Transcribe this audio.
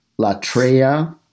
latreia